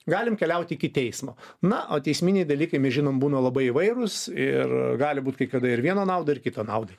galim keliaut iki teismo na o teisminiai dalykai mes žinom būna labai įvairūs ir gali būt kai kada ir vieno naudai ir kito naudai